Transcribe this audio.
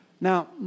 Now